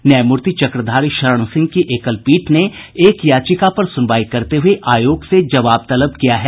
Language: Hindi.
न्यायमूर्ति चक्रधारी शरण सिंह की एकल पीठ ने एक याचिका पर सुनवाई करते हुये आयोग से जवाब तलब किया है